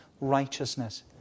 righteousness